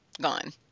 gone